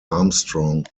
armstrong